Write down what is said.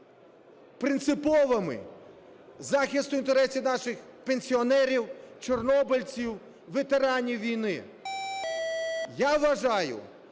принциповими: захисту інтересів наших пенсіонерів, чорнобильців, ветеранів війни. Я вважаю,